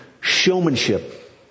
showmanship